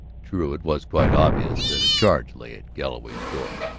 true, it was quite obvious that a charge lay at galloway's door,